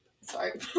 sorry